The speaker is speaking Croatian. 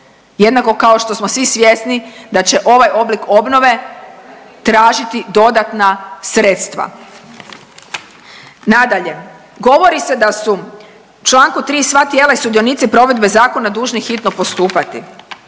jednako kao što smo svi svjesni da će ovaj oblik obnove tražiti dodatna sredstva. Nadalje, govori se da su u čl. 3. sva tijela i sudionici provedbe zakona dužni hitno postupati.